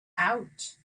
out